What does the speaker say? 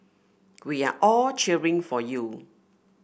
we are all cheering for you